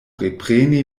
repreni